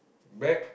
back